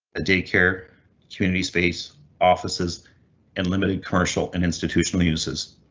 a daycare community, space offices and limited commercial and institutional uses.